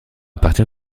partir